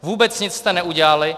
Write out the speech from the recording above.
Vůbec nic jste neudělali.